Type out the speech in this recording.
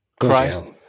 Christ